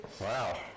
Wow